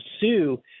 sue